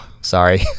sorry